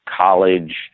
college